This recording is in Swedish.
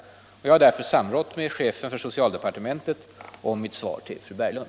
Jag har därför samrått med chefen för socialdepartementet rörande mitt svar till fru Berglund.